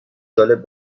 جالب